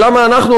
ולמה אנחנו,